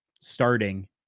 starting